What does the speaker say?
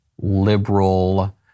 Liberal